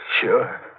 Sure